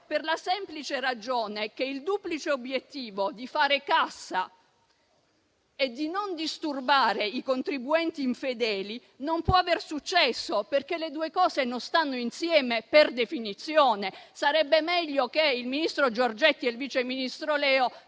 per la semplice ragione che il duplice obiettivo di fare cassa e di non disturbare i contribuenti infedeli non può aver successo, perché le due cose non stanno insieme per definizione. Sarebbe meglio che il ministro Giorgetti e il vice ministro Leo